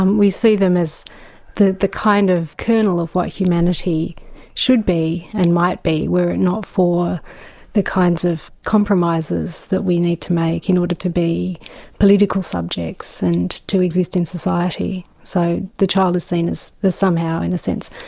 um we see them as the the kind of kernel of what humanity should be and might be were it not for the kinds of compromises that we need to make in order to be political subjects, and to exist in society. so the child is seen as somehow in a sense,